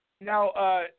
Now